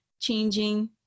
changing